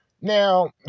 Now